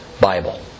Bible